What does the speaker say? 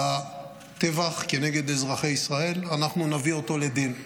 בטבח כנגד אזרחי ישראל, אנחנו נביא אותו לדין.